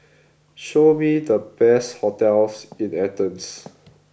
show me the best hotels in Athens